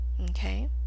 Okay